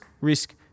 risk